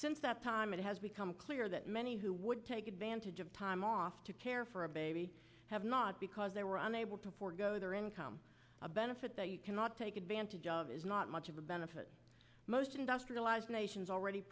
since that time it has become clear that many who would take advantage of time off to care for a baby have not because they were unable to forego their income a benefit that you cannot take advantage of is not much of a benefit most industrialized nations already